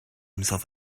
himself